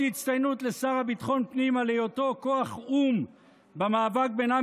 אות הצטיינות לשר לביטחון הפנים על היותו כוח או"ם במאבק בין עם